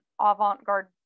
avant-garde